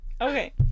Okay